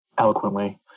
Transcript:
eloquently